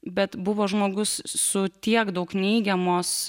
bet buvo žmogus su tiek daug neigiamos